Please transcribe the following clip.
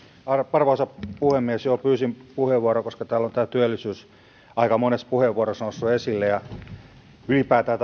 arvoisa puhemies pyysin puheenvuoroa koska täällä on tämä työllisyys aika monessa puheenvuorossa noussut esille ja ylipäätään